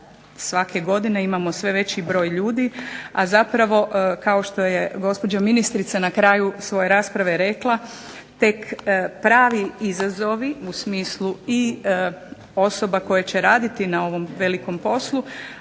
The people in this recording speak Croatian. svake godine imamo sve veći broj ljudi, a zapravo kao što je gospođa ministrica na kraju svoje rasprave rekla tek pravi izazovi u smislu i osoba koje će raditi na ovom velikom poslu,